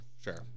sure